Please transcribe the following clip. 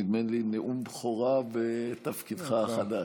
נדמה לי שזה נאום בכורה בתפקידך החדש,